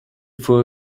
for